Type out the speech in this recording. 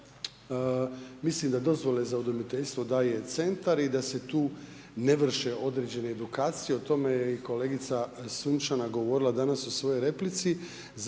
dozvole za dozvole za udomiteljstvo daje centar i da se tu ne vrše određene edukacije, o tome je i kolegice Sunčana govorila danas u svojoj replici,